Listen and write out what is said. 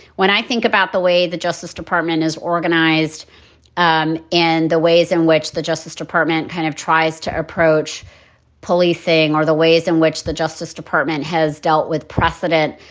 when i think about the way the justice department is organized um and the ways in which the justice department kind of tries to approach policing or the ways in which the justice department has dealt with precedent.